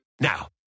Now